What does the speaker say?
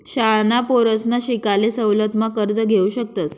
शाळांना पोरसना शिकाले सवलत मा कर्ज घेवू शकतस